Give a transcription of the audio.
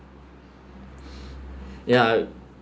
ya